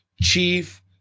chief